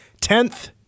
Tenth